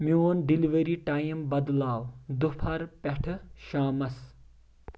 میون delivery time بدلاو دُپہرٕ پٮ۪ٹھٕ شامَس